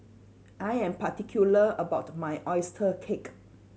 I am particular about my oyster cake